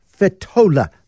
Fetola